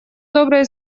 добрые